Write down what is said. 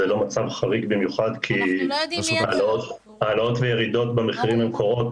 זה לא מצב חריג במיוחד כי העלאות וירידות במחירים הן דבר שקורה,